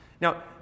Now